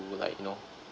like you know